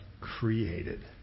created